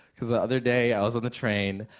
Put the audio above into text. cause the other day, i was on the train,